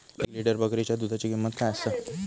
एक लिटर बकरीच्या दुधाची किंमत काय आसा?